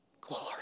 glory